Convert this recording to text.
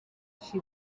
she